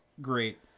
great